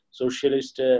socialist